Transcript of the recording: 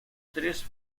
tres